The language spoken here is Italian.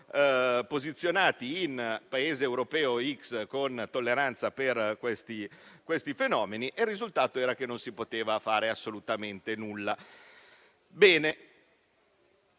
posizionava quindi nel Paese europeo che tollerava questi fenomeni e il risultato era che non si poteva fare assolutamente nulla.